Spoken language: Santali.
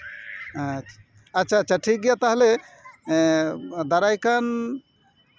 ᱟᱪᱪᱷᱟ ᱟᱪᱪᱷᱟ ᱴᱷᱤᱠ ᱜᱮᱭᱟ ᱛᱟᱦᱞᱮ ᱦᱮᱸ ᱫᱟᱨᱟᱭ ᱠᱟᱱ